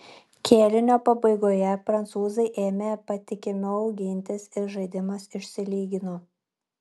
kėlinio pabaigoje prancūzai ėmė patikimiau gintis ir žaidimas išsilygino